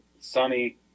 Sunny